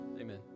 amen